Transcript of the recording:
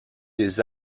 des